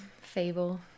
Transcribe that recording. fable